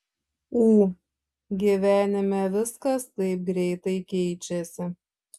ū gyvenime viskas taip greitai keičiasi